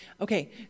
Okay